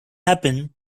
happen